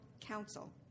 Council